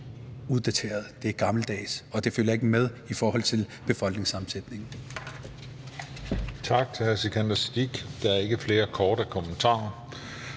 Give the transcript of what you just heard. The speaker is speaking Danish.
uddateret, det er gammeldags, og det følger ikke med i forhold til befolkningssammensætningen.